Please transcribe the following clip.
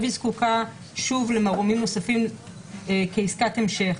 היא זקוקה שוב למרעומים נוספים כעסקת המשך.